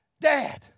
Dad